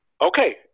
okay